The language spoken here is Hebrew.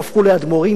יהפכו לאדמו"רים,